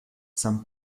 san